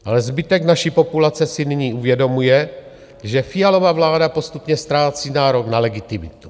Ale zbytek naší populace si nyní uvědomuje, že Fialova vláda postupně ztrácí nárok na legitimitu.